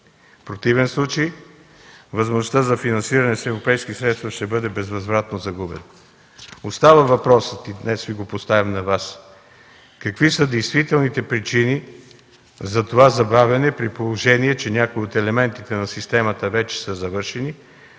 В противен случай възможността за финансиране с европейски средства ще бъде безвъзвратно загубена”. Въпросът остава и днес Ви го поставям на Вас: какви са действителните причини за това забавяне, при положение че някои от елементите на системата вече са завършени,